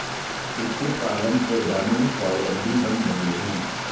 कुक्कुट पालन से ग्रामीण स्वाबलम्बी बन रहे हैं